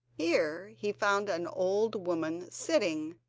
here he found an old woman sitting,